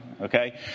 okay